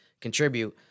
contribute